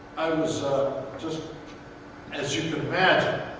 i was just as you can imagine,